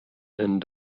and